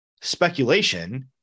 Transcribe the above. speculation